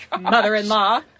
Mother-in-law